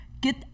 get